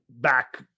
back